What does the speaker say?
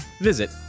visit